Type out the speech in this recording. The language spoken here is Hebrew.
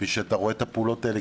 ושאתה רואה את הפעולות האלה